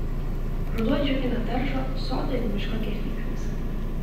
ruduo džiugina daržo sodo ir miško gėrybėmis